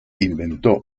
inventó